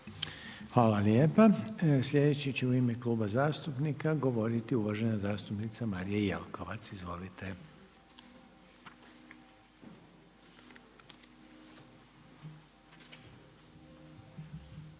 Hvala lijepa. Sljedeći će u ime Kluba zastupnika govoriti uvažena zastupnica Marija Jelkovac. Izvolite.